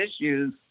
issues